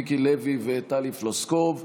מיקי לוי וטלי פלוסקוב.